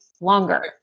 longer